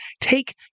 take